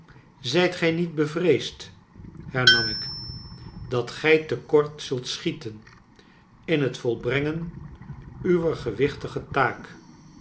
zijt gij niet bevreesd hernam ik dat gij te kort zult schieten in het volbrengen uwer gewichtige taak